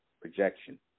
projection